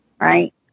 Right